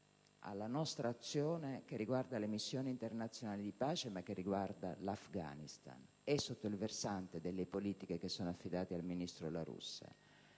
alla nostra azione che riguarda le missioni internazionali di pace e l'Afghanistan, sia sotto il versante delle politiche affidate al ministro La Russa